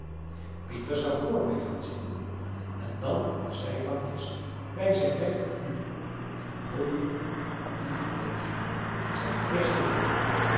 pieter zou vr mij gaan zitten en dan op de zijbankjes bij zijn rechter knie het mooie lieve koosje zijn eerste liefde